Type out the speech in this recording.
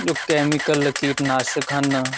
ਜੋ ਕੈਮੀਕਲ ਕੀਟਨਾਸ਼ਕ ਹਨ